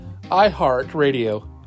iHeartRadio